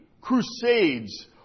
crusades